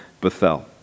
Bethel